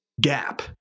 gap